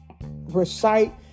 recite